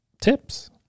tips